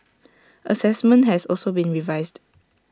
Assessment has also been revised